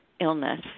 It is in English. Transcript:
illness